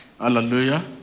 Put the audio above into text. Hallelujah